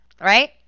Right